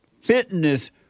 fitness